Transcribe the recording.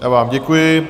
Já vám děkuji.